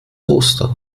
ostern